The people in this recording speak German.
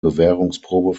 bewährungsprobe